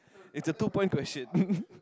it's a two point question